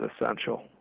essential